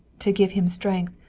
to give him strength,